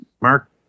Mark